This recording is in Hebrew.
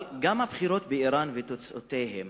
אבל הבחירות באירן ותוצאותיהן